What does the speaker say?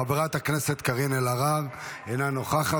חברת הכנסת קארין אלהרר, אינה נוכחת.